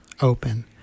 open